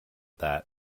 that